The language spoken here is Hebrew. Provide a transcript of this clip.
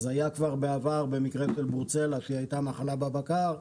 אז היה כבר בעבר במקרה של ברוצלה שהייתה מחלה בבקר,